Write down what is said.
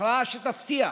הכרעה שתבטיח